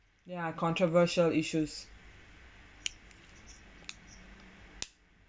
there are controversial issues